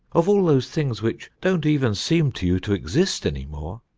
of all those things which don't even seem to you to exist any more,